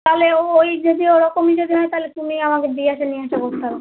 তালে ওই যদি ওরকম যদি হয় তালে তুমি আমাকে দিই আসা নিই আসা করতে হবে